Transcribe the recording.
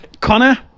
Connor